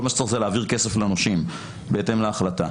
כל מה שצריך זה להעביר כסף לנושים בהתאם להחלטה.